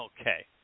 Okay